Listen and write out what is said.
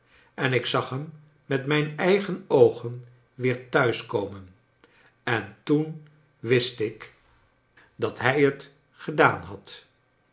en ik zag hem met mijn eigen oogen wter thuis komen en toen wist ik dat hij het gedaan had